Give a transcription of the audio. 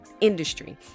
industry